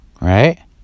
right